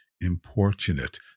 importunate